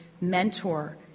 mentor